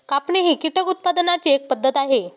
कापणी ही कीटक उत्पादनाची एक पद्धत आहे